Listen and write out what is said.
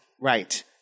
Right